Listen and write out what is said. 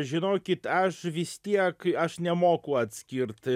žinokit aš vis tiek aš nemoku atskirt